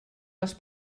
les